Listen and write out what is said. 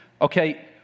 Okay